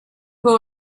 who